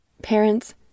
Parents